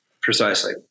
Precisely